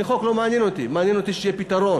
החוק לא מעניין אותי, מעניין אותי שיהיה פתרון.